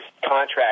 contract